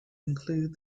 include